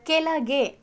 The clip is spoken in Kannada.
ಕೆಳಗೆ